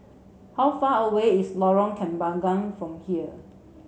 how far away is Lorong Kembagan from here